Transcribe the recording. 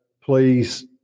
please